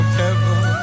heaven